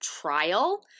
trial